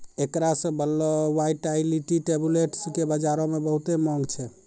एकरा से बनलो वायटाइलिटी टैबलेट्स के बजारो मे बहुते माँग छै